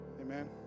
Amen